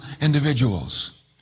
individuals